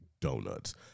Donuts